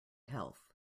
health